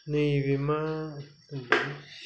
नैबे मा